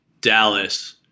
Dallas